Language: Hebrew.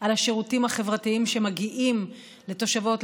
על השירותים החברתיים שמגיעים לתושבות,